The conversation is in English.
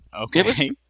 Okay